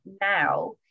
now